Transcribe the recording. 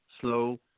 slow